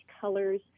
colors